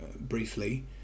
Briefly